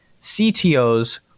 CTOs